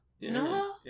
No